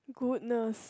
goodness